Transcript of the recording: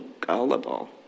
gullible